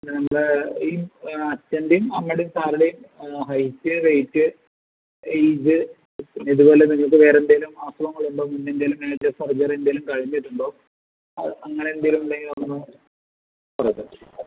നമ്മളെ ഈ അച്ഛന്റേയും അമ്മയുടേയും സാറിന്റേയും ഹൈറ്റ് വെയിറ്റ് ഏജ് ഇതുപോലെ നിങ്ങൾക്ക് വേറെ എന്തെങ്കിലും അസുഖങ്ങൾ ഉണ്ടോ മുന്നേ എന്തെങ്കിലും മേജർ സർജറി എന്തെങ്കിലും കഴിഞ്ഞിട്ടുണ്ടോ അങ്ങനെ എന്തെങ്കിലും ഉണ്ടെങ്കിൽ അതൊന്ന്